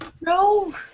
No